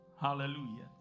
hallelujah